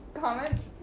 comments